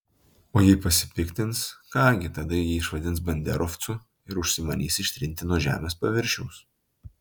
o jei pasipiktins ką gi tada jį išvadins banderovcu ir užsimanys ištrinti nuo žemės paviršiaus